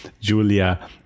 julia